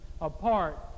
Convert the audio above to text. apart